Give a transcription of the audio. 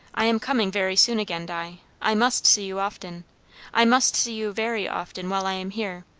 i am coming very soon again, di. i must see you often i must see you very often, while i am here.